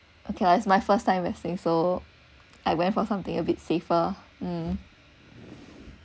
okay lah it's my first time investing so I went for something a bit safer mm